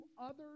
others